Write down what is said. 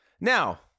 now